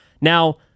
Now